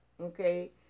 Okay